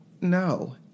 no